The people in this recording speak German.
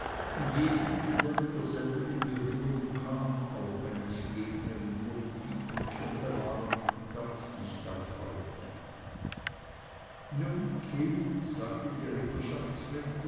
und jeden der mit derselben in berührung kam auch wenn es gegner in politik und kirche waren herzlich erfreute nun kind sagte die